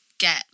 get